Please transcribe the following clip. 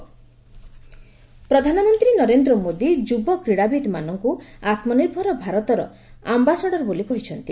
Khelo India Narendra ନରେନ୍ଦ୍ର ମୋଦି ଯ୍ରବ କ୍ରିଡ଼ାବିତ୍ମାନଙ୍କ ଆତ୍ନିର୍ଭର ଭାରତର ଆମ୍ଘାସାଡର୍ ବୋଲି କହିଛନ୍ତି